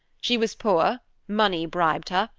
she was poor, money bribed her,